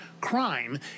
crime